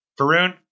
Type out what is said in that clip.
Varun